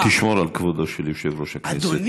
תשמור על כבודו של יושב-ראש הכנסת.